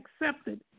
accepted